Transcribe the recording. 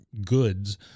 goods